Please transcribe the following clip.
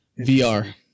VR